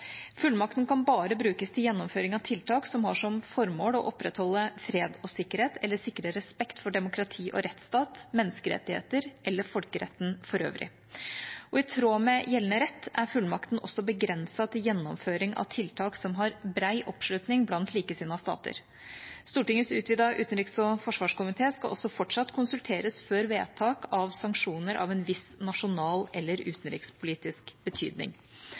Fullmakten kan bare brukes til gjennomføring av tiltak som har som formål å opprettholde fred og sikkerhet eller sikre respekt for demokrati og rettsstat, menneskerettigheter eller folkeretten for øvrig. I tråd med gjeldende rett er fullmakten også begrenset til gjennomføring av tiltak som har bred oppslutning blant likesinnede stater. Stortingets utvidete utenriks- og forsvarskomité skal fortsatt konsulteres før vedtak av sanksjoner av en viss nasjonal eller utenrikspolitisk betydning.